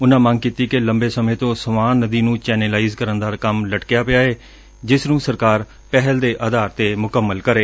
ਉਨੁਾਂ ਮੰਗ ਕੀਤੀ ਕਿ ਲੰਬੇ ਸਮੇਂ ਤੋਂ ਸਵਾਂ ਨਦੀ ਨੁੰ ਚੈਨੇਲਾਈਜ਼ ਕਰਨ ਦਾ ਕੰਮ ਲਟਕਿਆ ਪਿਆ ਏ ਜਿਸ ਨੂੰ ਸਰਕਾਰ ਪਹਿਲ ਦੇ ਆਧਾਰ ਤੇ ਮੁਕੰਮਲ ਕਰੇ